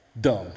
dumb